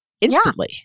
instantly